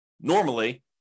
normally